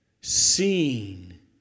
seen